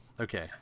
Okay